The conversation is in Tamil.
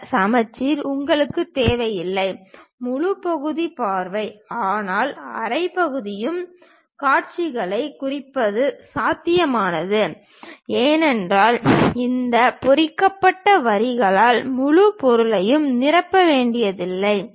இந்த சமச்சீர்மை உங்களுக்கு தேவையில்லை முழு பகுதி பார்வை ஆனால் அரை பகுதியுக் காட்சிகளைக் குறிப்பது சாதகமானது ஏனென்றால் இந்த பொறிக்கப்பட்ட வரிகளால் முழு பொருளையும் நிரப்ப வேண்டியதில்லை